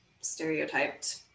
stereotyped